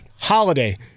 holiday